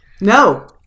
No